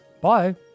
Bye